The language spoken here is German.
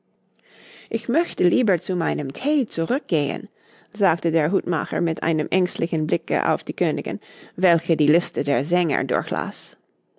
ich möchte lieber zu meinem thee zurückgehen sagte der hutmacher mit einem ängstlichen blicke auf die königin welche die liste der sänger durchlas